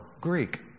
Greek